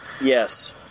Yes